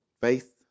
Faith